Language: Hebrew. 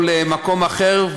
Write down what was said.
או למקום אחר,